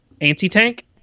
anti-tank